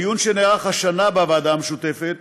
בדיון שנערך השנה בוועדה המשותפת,